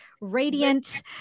radiant